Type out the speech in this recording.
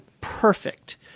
perfect